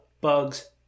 Bugs